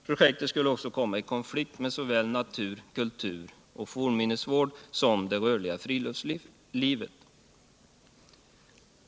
Projektet skulle också komma i konflikt med såväl natur, kultur och fornminnesvård som det rörliga friluftslivet.